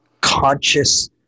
conscious